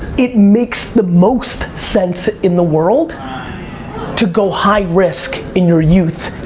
it makes the most sense in the world to go high risk in your youth.